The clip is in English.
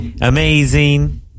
amazing